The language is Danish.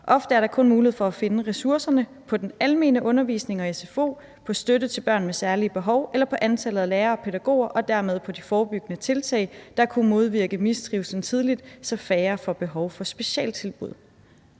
Ofte er der kun mulighed for at finde ressourcerne på den almene undervisning og SFO, på støtte til børn med særlige behov eller på antallet af lærere og pædagoger og dermed på de forebyggende tiltag, der kunne modvirke mistrivslen tidligt, så færre får behov for specialtilbud.